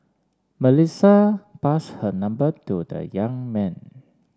Melissa pass her number to the young man